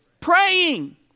Praying